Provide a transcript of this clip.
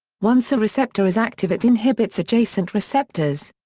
once a receptor is active it inhibits adjacent receptors.